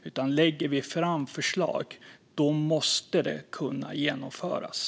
Om vi lägger fram förslag måste de kunna genomföras.